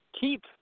keep